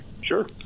Sure